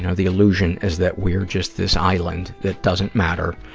and the illusion is that we're just this island that doesn't matter,